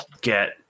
get